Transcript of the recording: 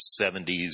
70s